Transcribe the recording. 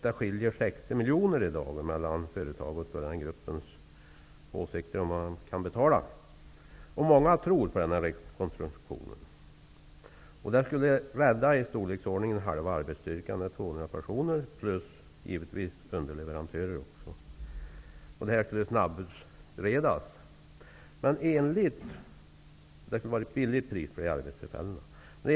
Det skiljer i dag 60 miljoner kronor mellan företagets och denna grupps uppfattning om vilka belopp som kan betalas. Det finns en tro på denna rekonstruktion. Den skulle rädda jobben för halva arbetsstyrkan, dvs. 200 personer, och det skulle även gälla för underleverantörer. Frågan skall snabbutredas. Det skulle bli ett billigt pris för dessa arbetstillfällen.